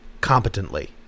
competently